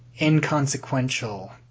inconsequential